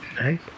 Right